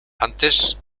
antes